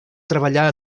treballar